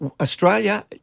Australia